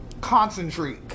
Concentrate